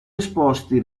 esposti